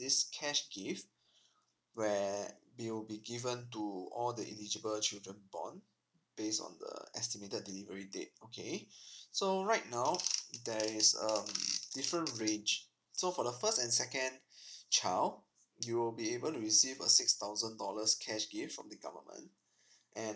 this cash gift where they will be given to all the eligible children born based on the estimated delivery date okay so right now there is a different range so for the first and second child you will be able to receive a six thousand dollars cash gift from the government and